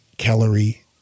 calorie